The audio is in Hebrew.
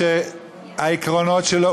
אדם שהעקרונות שלו,